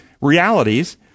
realities